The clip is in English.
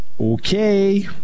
Okay